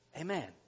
Amen